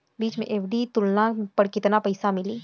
बीच मे एफ.डी तुड़ला पर केतना पईसा मिली?